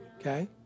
okay